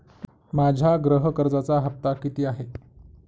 माझ्या गृह कर्जाचा हफ्ता किती आहे?